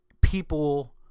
people